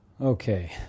Okay